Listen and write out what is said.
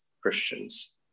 Christians